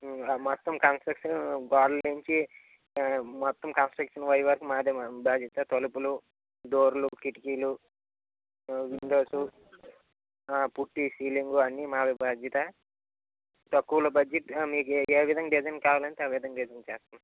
మొత్తం కంస్ట్రక్షను గోడలు నుంచి మొత్తం కంస్ట్రక్షన్ అయ్యే వరకు మాదే భాద్యత తలుపులు డోర్లు కిటికీలు విండోసు పుట్టీ సీలింగు అన్నీ మావే భాద్యత తక్కువలో బడ్జెట్ మీకే విధంగా డిజైన్ కావాలంటే ఆ విధంగా డిజైన్ చేస్తాం